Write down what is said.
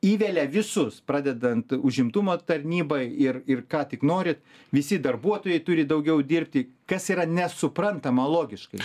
įvelia visus pradedant užimtumo tarnyba ir ir ką tik norit visi darbuotojai turi daugiau dirbti kas yra nesuprantama logiškai